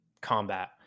combat